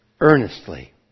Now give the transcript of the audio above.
earnestly